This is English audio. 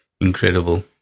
incredible